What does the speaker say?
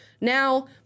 Now